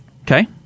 Okay